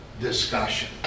discussion